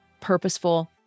purposeful